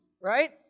right